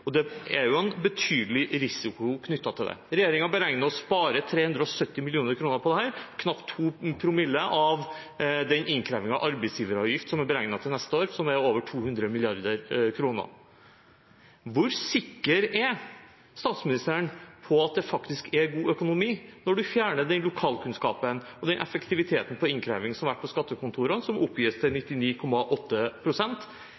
og det er jo en betydelig risiko knyttet til det. Regjeringen beregner å spare 370 mill. kr på dette, knapt 2 promille av den innkrevingen av arbeidsgiveravgift som er beregnet til neste år, som er over 200 mrd. kr. Hvor sikker er statsministeren på at det faktisk er god økonomi når man fjerner den lokalkunnskapen og den effektiviteten i innkreving som har vært på skattekontorene, som oppgis til